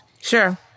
Sure